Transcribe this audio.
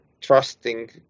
trusting